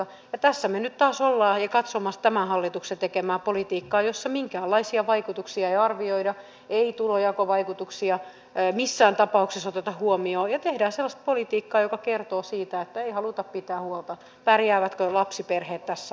ja tässä me nyt taas olemme katsomassa tämän hallituksen tekemää politiikkaa jossa minkäänlaisia vaikutuksia ei arvioida ei tulonjakovaikutuksia missään tapauksessa oteta huomioon ja tehdään sellaista politiikkaa joka kertoo siitä että ei haluta pitää huolta pärjäävätkö lapsiperheet tässä ajassa